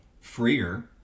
freer